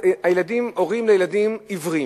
הורים לילדים עיוורים,